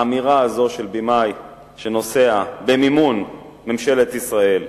האמירה הזאת של בימאי שנוסע במימון ממשלת ישראל,